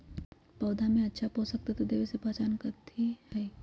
पौधा में अच्छा पोषक तत्व देवे के पहचान कथी हई?